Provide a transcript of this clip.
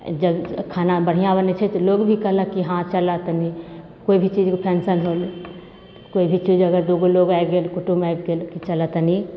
जब खाना बढ़िआँ बनैत छै तऽ लोग भी कहलक हँ चल तनी कोइ भी चीज फेंक्शन होल कोइ भी चीज अगर दूगो लोग आबि गेल कुटुंब आबि गेल कि चलऽ तनी